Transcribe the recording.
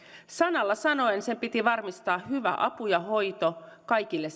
sanalla sanoen sen piti varmistaa hyvä apu ja hoito kaikille